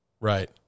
Right